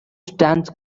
stands